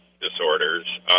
disorders